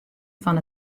fan